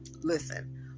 Listen